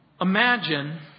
Imagine